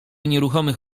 nieruchomych